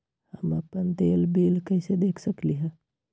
हम अपन देल बिल कैसे देख सकली ह?